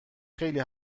خیلی